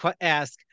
ask